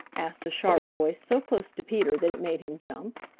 asked a sharp voice so close to peter that it made him jump.